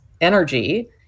energy